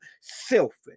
selfish